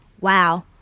wow